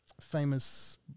famous